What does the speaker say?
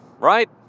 right